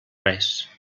res